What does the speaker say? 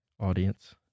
audience